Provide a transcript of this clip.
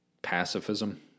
pacifism